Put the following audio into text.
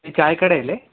ഇത് ചായക്കടയല്ലേ